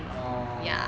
orh